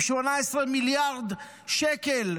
עם 18 מיליארד שקל,